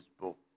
book